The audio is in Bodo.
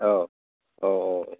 औ अ अ